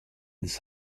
this